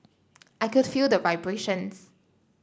I could feel the vibrations